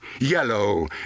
Yellow